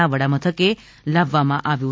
ના વડા મથકે લાવવામાં આવ્યો છે